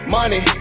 Money